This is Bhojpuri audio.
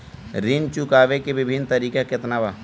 ऋण चुकावे के विभिन्न तरीका केतना बा?